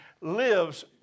lives